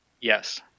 Yes